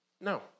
No